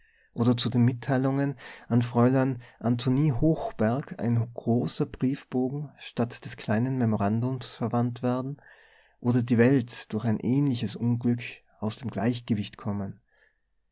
oder zu den mitteilungen an fräulein antonie hochberg ein großer briefbogen statt des kleinen memorandums verwandt werden oder die welt durch ein ähnliches unglück aus dem gleichgewicht kommen